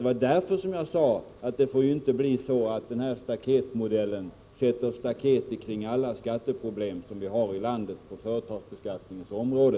Det var därför som jag sade att det får inte bli så att staketmodellen sätter staket kring alla problem som vi har på företagsbeskattningens område.